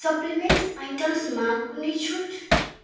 supplement आइटम्समा कुनै छुट